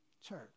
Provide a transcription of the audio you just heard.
church